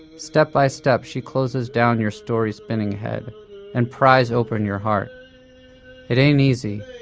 step by step she closes down your story-spinning head and pries open your heart it ain't easy.